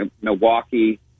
Milwaukee